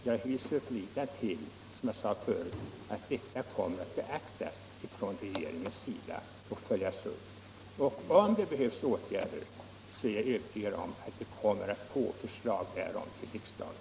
Jag förlitar mig på — som jag sade förut — att förhållandena kommer att beaktas från regeringens sida och följas upp. Och om det behövs åtgärder, så är jag övertygad om att vi kommer att få förslag därom till riksdagen.